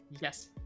Yes